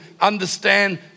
understand